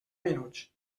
minuts